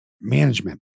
Management